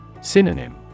Synonym